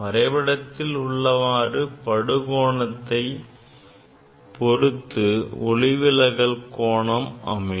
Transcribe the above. வரைபடத்தில் உள்ளவாறு படு கோணத்தை பொருத்து ஒளிவிலகல் கோணம் அமையும்